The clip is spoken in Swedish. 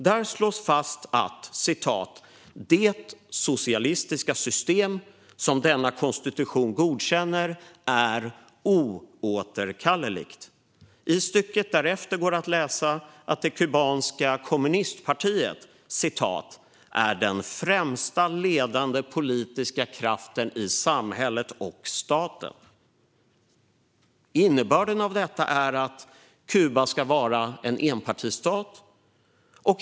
Där slås fast att det "socialistiska system" som denna konstitution godkänner är "oåterkalleligt". I stycket efter kan man läsa att det kubanska kommunistpartiet är "den främsta ledande politiska kraften i samhället och staten". Innebörden av detta är att Kuba ska vara en enpartistat.